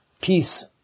peace